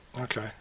Okay